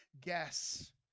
guess